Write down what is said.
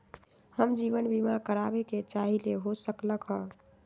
हम जीवन बीमा कारवाबे के चाहईले, हो सकलक ह?